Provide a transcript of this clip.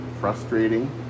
frustrating